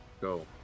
Go